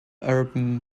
urban